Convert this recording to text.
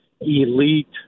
elite